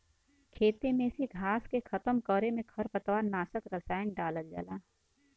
खेते में से घास के खतम करे में खरपतवार नाशक रसायन डालल जाला